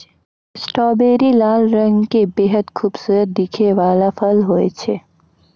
strawberry लाल रंग के बेहद खूबसूरत दिखै वाला फल होय छै